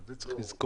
את זה צריך לזכור.